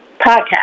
podcast